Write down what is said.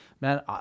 man